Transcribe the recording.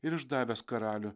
ir išdavęs karalių